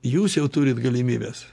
jūs jau turit galimybes